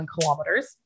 kilometers